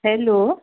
hello